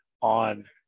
on